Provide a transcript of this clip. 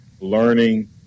learning